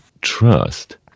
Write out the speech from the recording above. trust